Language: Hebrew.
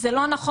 זה לא נכון,